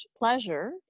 pleasure